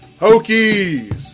Hokies